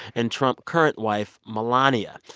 and trump current wife, melania.